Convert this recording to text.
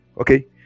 Okay